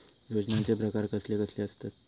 योजनांचे प्रकार कसले कसले असतत?